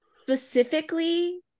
specifically